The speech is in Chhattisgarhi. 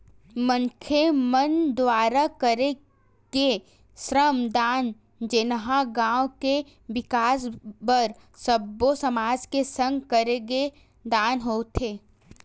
मनखे मन दुवारा करे गे श्रम दान जेनहा गाँव के बिकास बर सब्बो समाज के संग करे गे दान होथे